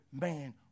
man